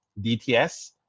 DTS